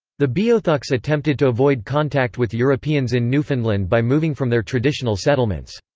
the beothuks attempted to avoid contact with europeans in newfoundland by moving from their traditional settlements.